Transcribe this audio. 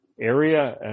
area